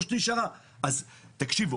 אז תקשיבו,